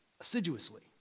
assiduously